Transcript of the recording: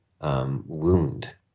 wound